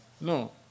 No